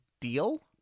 deal